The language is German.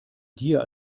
dir